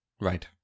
Right